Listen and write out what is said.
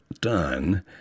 done